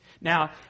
Now